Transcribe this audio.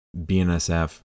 BNSF